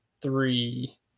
three